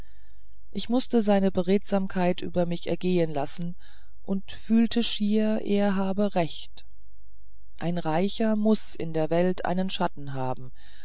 ich mußte seine beredsamkeit über mich ergehen lassen und fühlte schier er habe recht ein reicher muß in der welt einen schatten haben